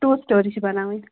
two story چھِ بَناوٕنۍ